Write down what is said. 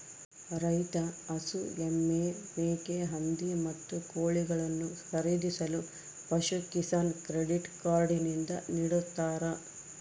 ರೈತ ಹಸು, ಎಮ್ಮೆ, ಮೇಕೆ, ಹಂದಿ, ಮತ್ತು ಕೋಳಿಗಳನ್ನು ಖರೀದಿಸಲು ಪಶುಕಿಸಾನ್ ಕ್ರೆಡಿಟ್ ಕಾರ್ಡ್ ನಿಂದ ನಿಡ್ತಾರ